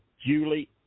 Julie